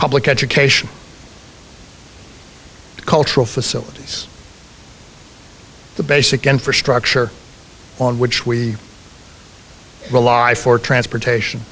public education cultural facilities the basic infrastructure on which we are well i for transportation